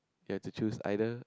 you have to choose either